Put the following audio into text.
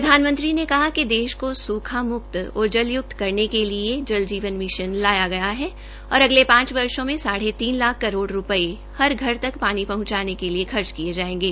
प्रधानमंत्री ने कहा कि देश को सूखा म्क्त और जल युक्त करने के लिए जल जीवन मिशन लाया गया है और अगले पांच वर्षो में साढ़े तीन लाख करोड़ रूपये हर घर तक पानी पहंचाने के लिए खर्च किये जायेंगे